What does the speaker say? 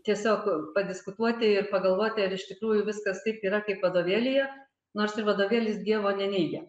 tiesiog padiskutuoti ir pagalvoti ar iš tikrųjų viskas taip yra kaip vadovėlyje nors ir vadovėlis dievo neneigia